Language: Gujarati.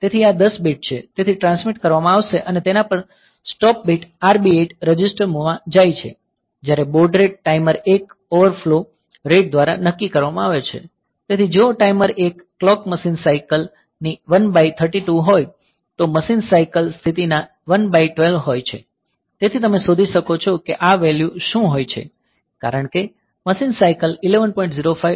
તેથી આ 10 બીટ છે જે ટ્રાન્સમિટ કરવામાં આવશે અને તેના પર સ્ટોપ બીટ RB8 રજિસ્ટર માં જાય છે જ્યારે baud rate timer 1 overflow rate દ્વારા નક્કી કરવામાં આવે છે તેથી જો ટાઈમર 1 ક્લોક મશીન સાઇકલ ની 1 બાય 32 હોય તો મશીન સાઇકલ સ્થિતિના 1 બાય 12 હોય છે તેથી તમે શોધી શકો છો કે આ વેલ્યૂ શું હોય છે કારણ કે મશીન સાઇકલ 11